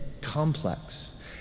complex